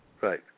right